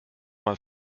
mal